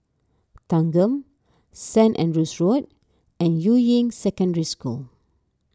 Thanggam Saint Andrew's Road and Yuying Secondary School